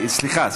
סליחה,